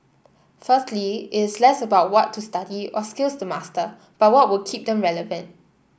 firstly it's less about what to study or skills to master but what would keep them relevant